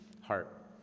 Heart